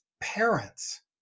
parents